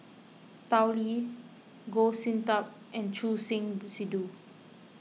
Tao Li Goh Sin Tub and Choor Singh Sidhu